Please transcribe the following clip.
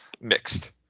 mixed